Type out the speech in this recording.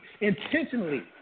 Intentionally